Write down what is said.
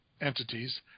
entities